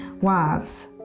Wives